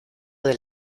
del